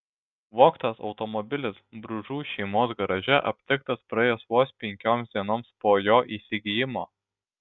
vogtas automobilis bružų šeimos garaže aptiktas praėjus vos penkioms dienoms po jo įsigijimo